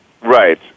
Right